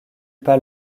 pas